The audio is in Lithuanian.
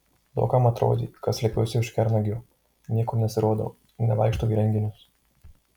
daug kam atrodė kad slepiuosi už kernagio niekur nesirodau nevaikštau į renginius